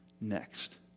next